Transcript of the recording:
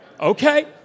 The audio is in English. Okay